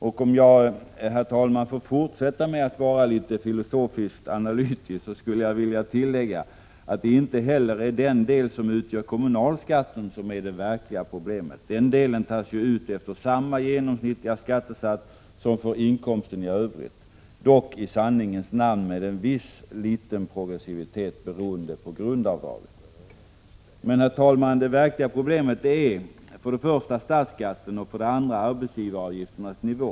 Och om jag, herr talman, får fortsätta med att vara litet filosofiskt analytisk så skulle jag vilja tillägga att det inte heller är den del som utgör kommunalskatten som är det verkliga problemet. Den delen tas ju ut efter samma genomsnittliga skattesats som för inkomsten i övrigt, dock i sanningens namn med en viss liten progressivitet berorende på grundavdraget. Men, herr talman, det verkliga problemet är för det första statsskatten och för det andra arbetsgivaravgifternas nivå.